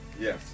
Yes